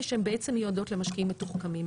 ושהן בעצם מיועדות למשקיעים מתוחכמים.